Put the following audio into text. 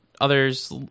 others